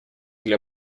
для